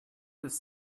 des